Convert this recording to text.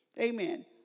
Amen